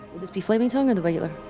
this be flaming tongue or the regular?